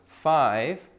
five